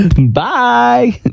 Bye